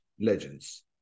legends